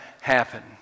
happen